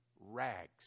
rags